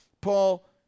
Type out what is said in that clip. Paul